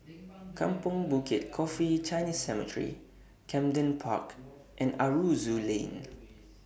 Kampong Bukit Coffee Chinese Cemetery Camden Park and Aroozoo Lane